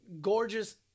Gorgeous